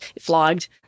flogged